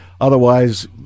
Otherwise